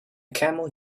camel